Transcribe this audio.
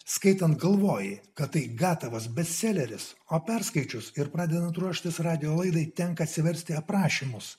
skaitant galvoji kad tai gatavas bestseleris o perskaičius ir pradedant ruoštis radijo laidai tenka atsiversti aprašymus